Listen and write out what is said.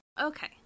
Okay